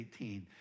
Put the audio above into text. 18